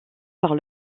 par